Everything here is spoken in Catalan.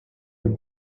que